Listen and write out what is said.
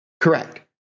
Correct